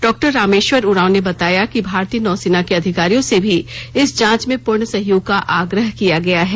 डॉ रामेश्वर उरांव ने बताया कि भारतीय नौसेना के अधिकारियों से भी इस जांच में पूर्ण सहयोग का आग्रह किया गया है